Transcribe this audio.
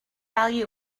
value